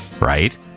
right